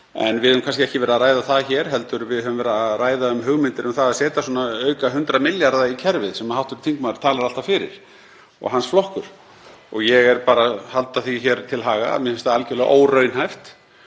Við höfum kannski ekki verið að ræða það hér heldur höfum við verið að ræða hugmyndir um að setja auka 100 milljarða í kerfið sem hv. þingmaður talar alltaf fyrir og hans flokkur. Ég er bara að halda því hér til haga að mér finnst það algjörlega óraunhæft